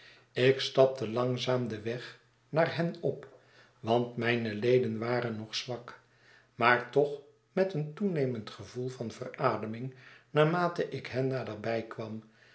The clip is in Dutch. ik stapte langzaam den weg naar hen op want mijne leden waren nog zwak maar toch met een toenemend gevoel van verademing naarmate ik hen naderbij kwam